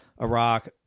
Iraq